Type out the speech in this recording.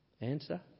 Answer